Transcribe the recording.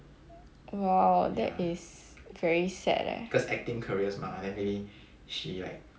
!wow! that is very sad eh